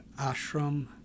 ashram